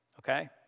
Okay